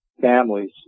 families